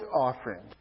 offering